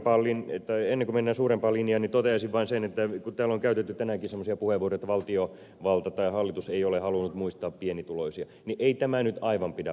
ennen kuin mennään suurempaan linjaan niin toteaisin vain sen että kun täällä on käytetty tänäänkin semmoisia puheenvuoroja että valtiovalta tai hallitus ei ole halunnut muistaa pienituloisia niin ei tämä nyt aivan pidä paikkaansa